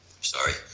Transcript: sorry